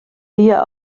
dir